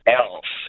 else